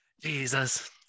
Jesus